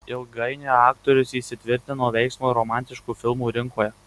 ilgainiui aktorius įsitvirtino veiksmo ir romantiškų filmų rinkoje